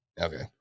Okay